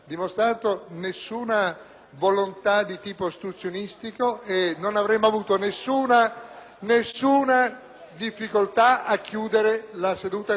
Abbiamo avuto dal presidente Nania la garanzia che per alcuni emendamenti che erano stati presentati nel corso della seduta sarebbe stato dato un brevissimo tempo